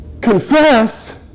confess